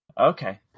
Okay